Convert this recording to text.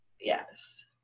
Yes